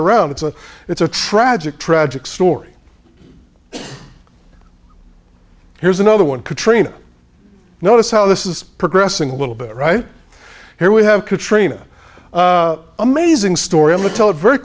around it's a it's a tragic tragic story here's another one katrina notice how this is progressing a little bit right here we have katrina amazing story imma tell it very